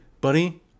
buddy